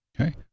okay